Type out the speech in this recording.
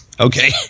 okay